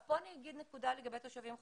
פה אני אגיד נקודה לגבי תושבים חוזרים,